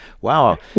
wow